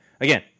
Again